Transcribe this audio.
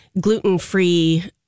gluten-free